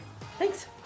thanks